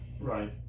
Right